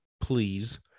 please